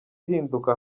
ihinduka